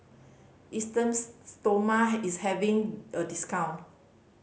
Esteem Stoma is having a discount